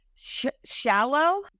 shallow